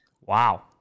Wow